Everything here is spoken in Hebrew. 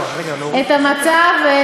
את המצב.